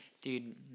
Dude